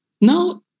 Now